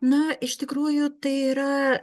na iš tikrųjų tai yra